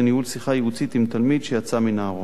שיחה ייעוצית עם תלמיד ש"יצא מן הארון".